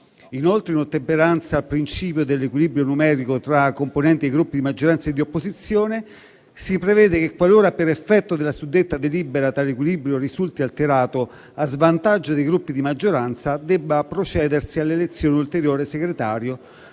Inoltre, in ottemperanza al principio dell'equilibrio numerico tra componenti e Gruppi di maggioranza e di opposizione, si prevede che, qualora per effetto della suddetta delibera tale equilibrio risulti alterato a svantaggio dei Gruppi di maggioranza, debba procedersi alla elezione di un ulteriore segretario,